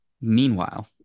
Meanwhile